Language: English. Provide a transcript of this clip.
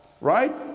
right